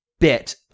bit